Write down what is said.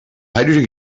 hydrogen